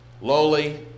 lowly